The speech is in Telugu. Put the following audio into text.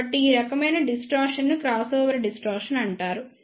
కాబట్టి ఈ రకమైన డిస్టార్షన్ ను క్రాస్ఓవర్ డిస్టార్షన్ అంటారు